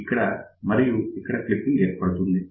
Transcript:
ఇక్కడ మరియు ఇక్కడ క్లిప్పింగ్ ఏర్పడుతుంది